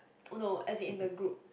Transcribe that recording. no as it in the group